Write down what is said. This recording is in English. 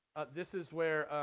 this is where